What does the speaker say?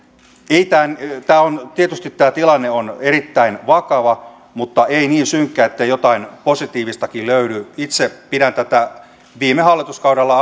tietysti tämä tilanne on erittäin vakava mutta ei niin synkkä ettei jotain positiivistakin löydy itse pidän tätä viime hallituskaudella